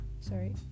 Sorry